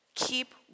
Keep